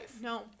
No